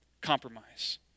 compromise